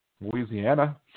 Louisiana